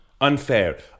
unfair